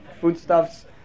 foodstuffs